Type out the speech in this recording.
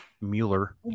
Mueller